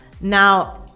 Now